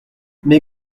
mais